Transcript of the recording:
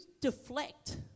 deflect